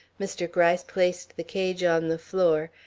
mr. gryce placed the cage on the floor,